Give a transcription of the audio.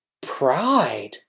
pride